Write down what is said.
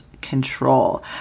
control